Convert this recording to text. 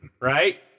right